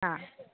आ